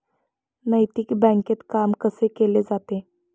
नैतिक बँकेत काम कसे केले जाते?